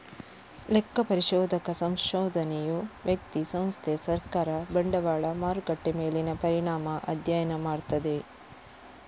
ಲೆಕ್ಕ ಪರಿಶೋಧಕ ಸಂಶೋಧನೆಯು ವ್ಯಕ್ತಿ, ಸಂಸ್ಥೆ, ಸರ್ಕಾರ, ಬಂಡವಾಳ ಮಾರುಕಟ್ಟೆ ಮೇಲಿನ ಪರಿಣಾಮ ಅಧ್ಯಯನ ಮಾಡ್ತದೆ